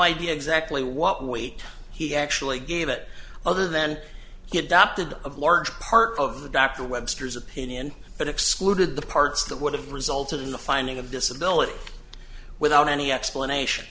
idea exactly what weight he actually gave it other than he adopted of large parts of the dr webster's opinion but excluded the parts that would have resulted in the finding of disability without any explanation